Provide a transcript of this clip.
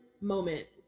moment